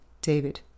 David